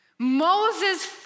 Moses